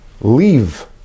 leave